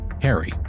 Harry